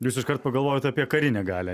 jūs iškart pagalvojot apie karinę galią